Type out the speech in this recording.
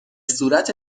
صورت